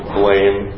blame